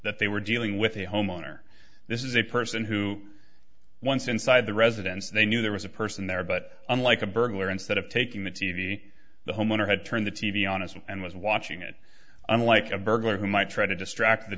that they were dealing with a homeowner this is a person who once inside the residence they knew there was a person there but unlike a burglar instead of taking the t v the homeowner had turned the t v on us and was watching it i'm like a burglar who might try to distract the